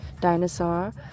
dinosaur